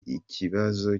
ikibazo